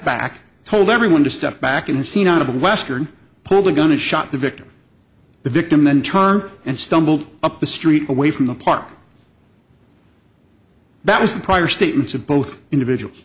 back told everyone to step back in a scene out of the western pulled a gun and shot the victim the victim then turned and stumbled up the street away from the park that was the prior statements of both individuals